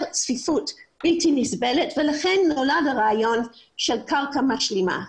צפיפות בלתי נסבלת ולכן נולד הרעיון של קרקע משלימה.